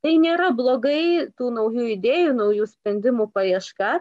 tai nėra blogai tų naujų idėjų naujų sprendimų paieška